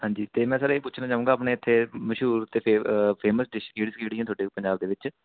ਹਾਂਜੀ ਅਤੇ ਮੈਂ ਸਰ ਇਹ ਪੁੱਛਣਾ ਚਾਹੂੰਗਾ ਆਪਣੇ ਇੱਥੇ ਮਸ਼ਹੂਰ ਅਤੇ ਫੇ ਫੇਮਸ ਡਿਸ਼ ਕਿਹੜੀ ਕਿਹੜੀਆਂ ਤੁਹਾਡੇ ਪੰਜਾਬ ਦੇ ਵਿੱਚ